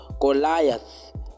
Goliath